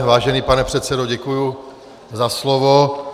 Vážený pane předsedo, děkuji za slovo.